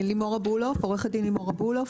עורכת הדין לימור אבולוף,